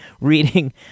reading